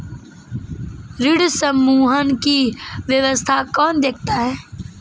ऋण समूहन की व्यवस्था कौन देखता है?